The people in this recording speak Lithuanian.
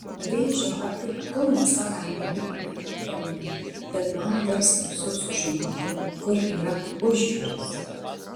vėžio achilo kulnas savaime įdomi anatomija bet man dar smalsiau sužinoti kur yra užjūris